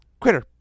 critter